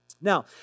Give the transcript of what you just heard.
Now